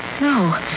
No